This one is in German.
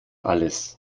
alles